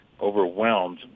overwhelmed